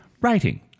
writing